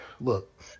look